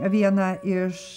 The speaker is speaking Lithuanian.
vieną iš